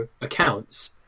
accounts